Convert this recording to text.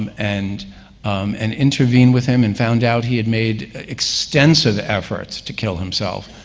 and and intervene with him and found out he had made extensive efforts to kill himself,